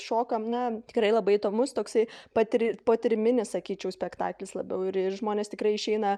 šokam na tikrai labai įdomus toksai patiri potyriminis sakyčiau spektaklis labiau ir žmonės tikrai išeina